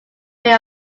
made